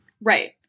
Right